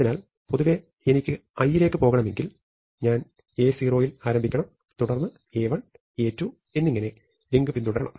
അതിനാൽ പൊതുവേ എനിക്ക് i യിലേക്ക് പോകണമെങ്കിൽ ഞാൻ A0 ൽ ആരംഭിക്കണം തുടർന്ന് A1 A2 എന്നിങ്ങനെ ലിങ്ക് പിന്തുടരണം